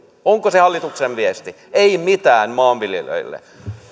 onko se hallituksen viesti ei mitään maanviljelijöille